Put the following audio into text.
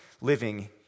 living